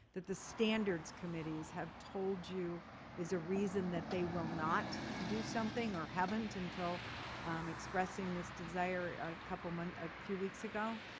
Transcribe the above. that the standards committees have told you is a reason that they will not do something or haven't until expressing this desire a couple month a few weeks ago,